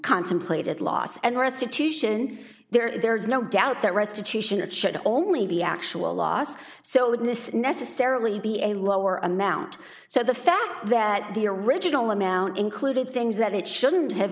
contemplated loss and restitution there is no doubt that restitution it should only be actual loss so it wouldn't necessarily be a lower amount so the fact that the original amount included things that it shouldn't have